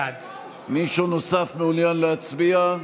בעד מישהו נוסף מעוניין להצביע?